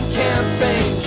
campaign